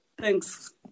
Thanks